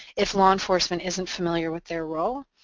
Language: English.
if law enforcement isn't familiar with their role.